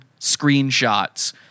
screenshots